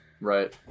right